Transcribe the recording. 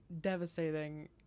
devastating